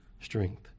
strength